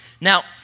Now